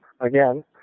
again